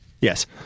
Yes